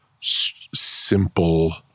simple